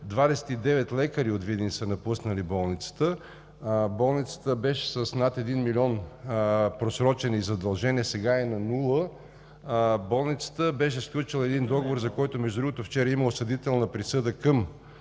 29 лекари от Видин са напуснали болницата. Болницата беше с над един милион просрочени задължения – сега е на нула. Болницата беше сключила един договор, за който, между другото, вчера има осъдителна присъда в